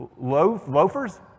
Loafers